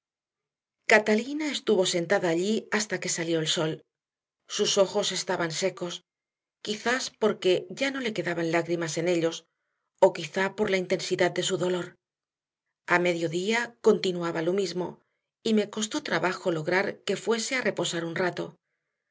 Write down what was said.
catalina estuvo sentada allí hasta que salió el sol sus ojos estaban secos quizá porque ya no le quedaran lágrimas en ellos o quizá por la intensidad de su dolor a mediodía continuaba lo mismo y me costó trabajo lograr que fuese a reposar un rato